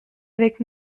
avec